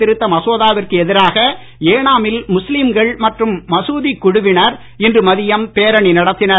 திருத்த மசோதாவிற்கு எதிராக ஏனாமில் குடியுரிமை சட்ட முஸ்லீம்கள் மற்றும் மசூதிக் குழுவினர் இன்று மதியம் பேரணி நடத்தினர்